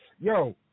Yo